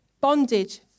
bondage